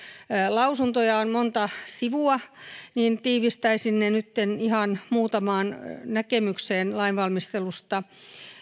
lausuntoja on monta sivua ja tiivistäisin ne nytten ihan muutamaan näkemykseen lainvalmistelusta